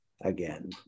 again